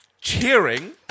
cheering